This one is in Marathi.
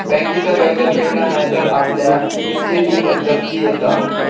बँकेचा कर्ज फेडला नाय तर आपल्या इस्टेटीवर जप्ती येता